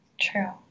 True